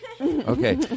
Okay